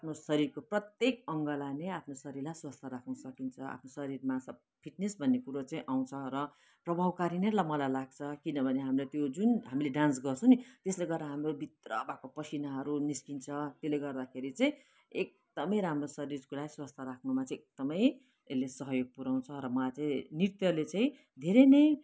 आफ्नो शरीरको प्रत्येक अङ्गलाई नै आफ्नो शरीरलाई स्वास्थ्य राख्नु सकिन्छ आफ्नो शरीरमा सब फिट्नेस भन्ने कुरो चाहिँ आउँछ र प्रभावकारी नै मलाई लाग्छ किनभने हाम्रो त्यो जुन हामीले डान्स गर्छौँ नि त्यसले गर्दा हाम्रो भित्र भएको पसिनाहरू निस्किन्छ त्यसले गर्दाखेरि चाहिँ एकदमै राम्रो शरीरलाई स्वास्थ्य राख्नुमा चाहिँ एकदमै यसले सहयोग पुऱ्याउँछ र मलाई चाहिँ नृत्यले चाहिँ धेरै नै